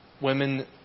women